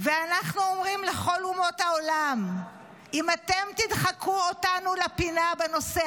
ואנחנו אומרים לכל אומות העולם: אם אתם תדחקו אותנו לפינה בנושא